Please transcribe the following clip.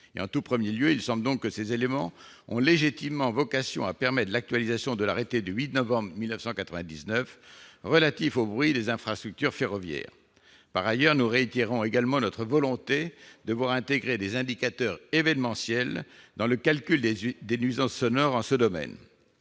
et 55 décibels la nuit. Il semble donc que ces éléments ont légitimement vocation à permettre l'actualisation de l'arrêté du 8 novembre 1999 relatif au bruit des infrastructures ferroviaires. Par ailleurs, nous réitérons notre volonté de voir intégrés des indicateurs « événementiels » dans le calcul des nuisances sonores en ce domaine.